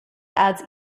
adds